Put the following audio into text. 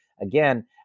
again